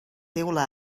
teula